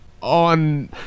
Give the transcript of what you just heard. on